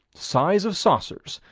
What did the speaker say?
size of saucers.